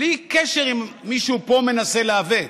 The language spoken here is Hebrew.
בלי קשר אם מישהו פה מנסה לעוות,